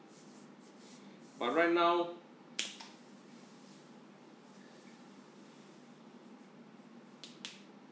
but right now